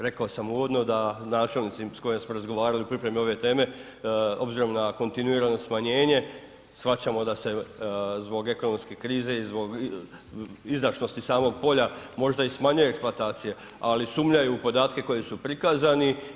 Rekao sam uvodno da načelnici s kojima smo razgovarali u pripremi ove teme obzirom na kontinuirano smanjenje shvaćamo da se zbog ekonomske krize i zbog izdašnosti samog polja možda i smanjuje eksploatacija ali sumnjaju u podatke koji su prikazani.